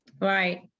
right